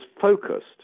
focused